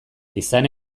izan